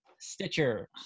stitcher